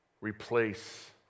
Replace